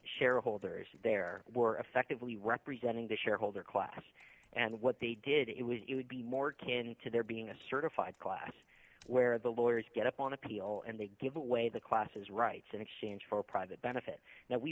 shareholders there were effectively representing the shareholder class and what they did it was it would be more candid to there being a certified class where the lawyers get up on appeal and they give away the classes rights in exchange for a private benefit now we